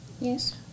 Yes